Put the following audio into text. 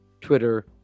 Twitter